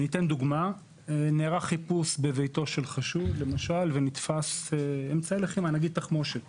למשל נערך חיפוש בביתו של חשוד ונתפסו אמצעי לחימה או תחמושת